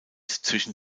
zwischen